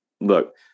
Look